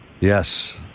Yes